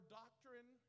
doctrine